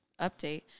update